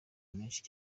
menshi